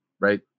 right